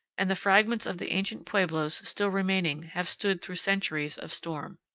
and the fragments of the ancient pueblos still remaining have stood through centuries of storm.